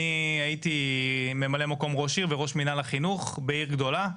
אני הייתי ממלא מקום ראש עיר וראש מינהל החינוך בעיר גדולה,